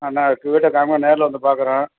ஆ நான் எனக்கு வீட்டை காமிங்க நேரில் வந்து பார்க்குறேன்